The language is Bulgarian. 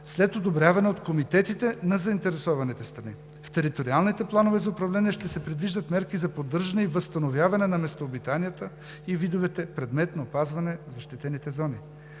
след одобряване от комитетите на заинтересованите страни. В териториалните планове за управление ще се предвиждат мерки за поддържане и възстановяване на местообитанията и видовете, предмет на опазване на защитените зони.